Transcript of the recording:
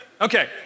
Okay